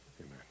Amen